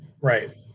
Right